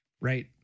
right